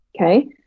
Okay